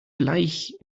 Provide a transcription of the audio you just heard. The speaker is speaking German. bleich